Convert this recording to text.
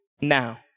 now